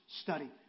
study